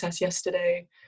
yesterday